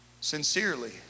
sincerely